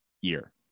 year